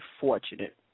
fortunate